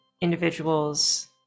individuals